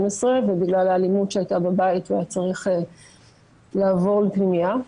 ובגלל האלימות שהייתה בבית הוא היה צריך לעבור לפנימייה.